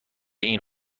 این